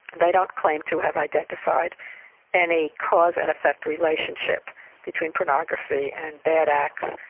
they don't claim to have identified any cause and effect relationship between pornography and bad acts,